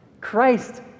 Christ